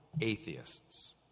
atheists